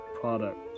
product